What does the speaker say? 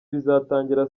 bizatangira